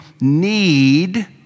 need